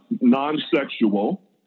non-sexual